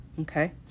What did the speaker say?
Okay